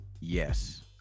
Yes